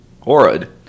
horrid